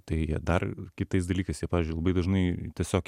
tai jie dar kitais dalykais jie pavyzdžiui labai dažnai tiesiog